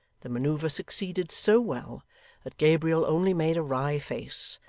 the manoeuvre succeeded so well that gabriel only made a wry face,